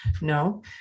no